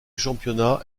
championnat